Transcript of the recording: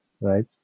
right